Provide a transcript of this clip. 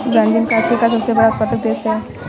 Brazil coffee का सबसे बड़ा उत्पादक देश है